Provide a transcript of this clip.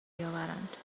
بیاورند